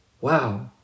Wow